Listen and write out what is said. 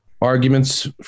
arguments